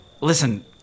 listen